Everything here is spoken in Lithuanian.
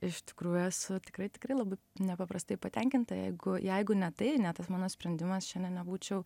iš tikrųjų esu tikrai tikrai labai nepaprastai patenkinta jeigu jeigu ne tai ne tas mano sprendimas šiandien nebūčiau